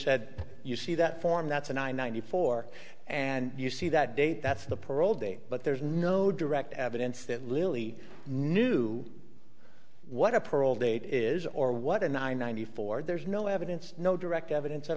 said you see that form that's an i ninety four and you see that date that's the parole day but there's no direct evidence that lily knew what a parole date is or what and i ninety four there's no evidence no direct evidence at